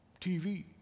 TV